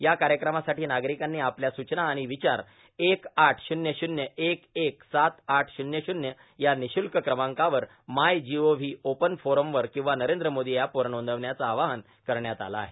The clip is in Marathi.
या कायक्रमासाठी नार्गारकांनी आपल्या सूचना आर्गाण र्वचार एक आठ शूल्य शून्य एक एक सात आठ शून्य शून्य या र्निःशुल्क क्रमांकावर मायजीओव्हां ओपन फोरमवर किंवा नरद्र मोदो अॅप वर नांदवण्याचं आवाहन करण्यात आलं आहे